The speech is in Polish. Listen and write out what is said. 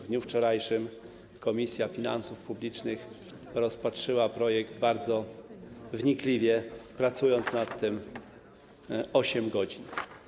W dniu wczorajszym Komisja Finansów Publicznych rozpatrzyła projekt bardzo wnikliwie, pracując nad tym 8 godzin.